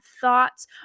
thoughts